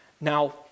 Now